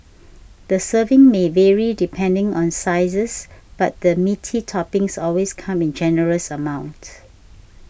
the serving may vary depending on sizes but the meaty toppings always come in generous amounts